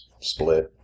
split